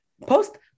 Post